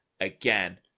again